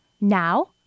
Now